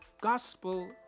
gospel